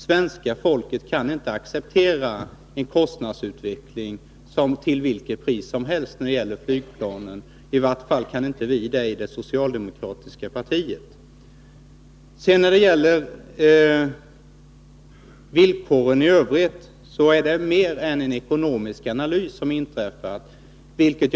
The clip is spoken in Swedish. Svenska folket kan inte acceptera vilken kostnadsutveckling som helst när det gäller flygplanen. I vart fall kan inte vi i det socialdemokratiska partiet göra det. När det gäller villkoren i övrigt har det inträffat mer än att vi har fått en ekonomisk analys.